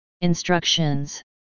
Instructions